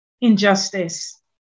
Injustice